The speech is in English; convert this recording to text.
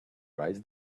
writes